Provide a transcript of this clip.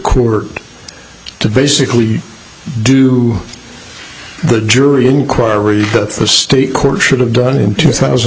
court to basically do the jury inquiries that the state court should have done in two thousand